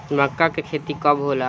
मक्का के खेती कब होला?